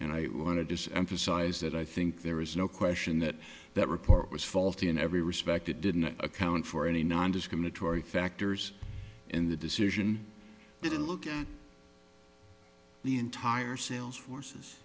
and i wanted to say and for size that i think there is no question that that report was faulty in every respect it didn't account for any nondiscriminatory factors in the decision didn't look at the entire sales force